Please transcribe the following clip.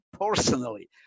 personally